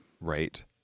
right